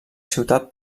ciutat